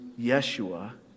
Yeshua